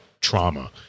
trauma